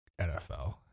NFL